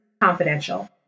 Confidential